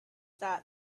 that